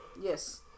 Yes